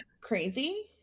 crazy